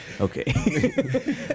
Okay